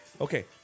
Okay